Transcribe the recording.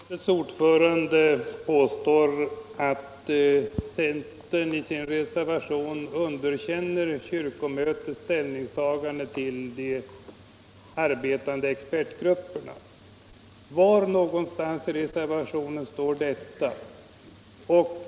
Herr talman! Utskottets ordförande påstår att centern i sin reservation underkänner kyrkomötets ställningstagande till de arbetande expertgrupperna. Var i reservationen står detta?